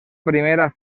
primera